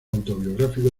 autobiográfico